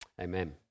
Amen